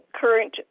current